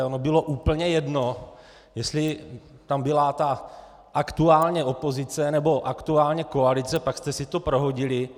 Ono bylo úplně jedno, jestli tam byla ta aktuálně opozice nebo aktuálně koalice, pak jste si to prohodili.